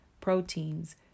Proteins